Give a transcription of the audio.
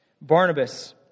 Barnabas